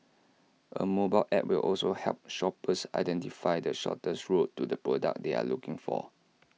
A mobile app will also help shoppers identify the shortest route to the product they are looking for